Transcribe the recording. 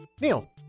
Neil